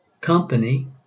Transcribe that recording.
company